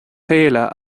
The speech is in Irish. chéile